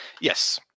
yes